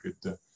good